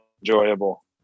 enjoyable